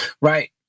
Right